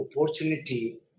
opportunity